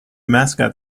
mascot